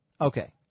Okay